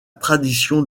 tradition